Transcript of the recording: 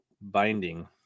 binding